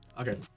Okay